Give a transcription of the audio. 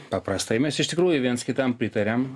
paprastai mes iš tikrųjų viens kitam pritariam